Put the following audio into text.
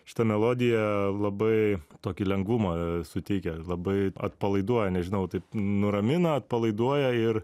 šita melodija labai tokį lengvumą suteikia labai atpalaiduoja nežinau taip nuramina atpalaiduoja ir